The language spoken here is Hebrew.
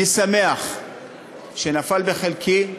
אני שמח שנפל בחלקי,